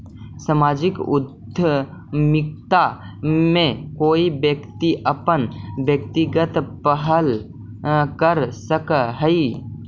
सामाजिक उद्यमिता में कोई व्यक्ति अपन व्यक्तिगत पहल कर सकऽ हई